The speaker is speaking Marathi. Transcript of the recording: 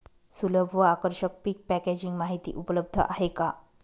सुलभ व आकर्षक पीक पॅकेजिंग माहिती उपलब्ध आहे का?